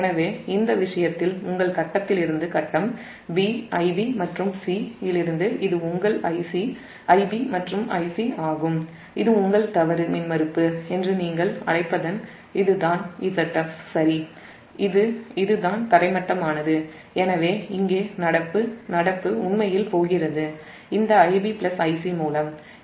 எனவே இந்த விஷயத்தில் உங்கள் ஃபேஸ்லிருந்து ஃபேஸ் b Ib மற்றும் c இலிருந்து இது உங்கள் Ic Ib மற்றும் Ic ஆகும் இது உங்கள் தவறு மின்மறுப்பு என்று நீங்கள் அழைப்பது இதுதான் Zf இது தரை மட்டமானது எனவே இங்கே நடப்பு இந்த Ib Ic மூலம் போகிறது